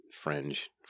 fringe